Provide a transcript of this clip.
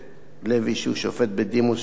שהוא שופט בדימוס של בית-המשפט העליון,